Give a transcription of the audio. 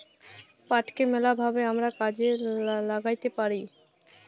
পাটকে ম্যালা ভাবে আমরা কাজে ল্যাগ্যাইতে পারি